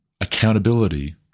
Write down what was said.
accountability